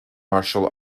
martial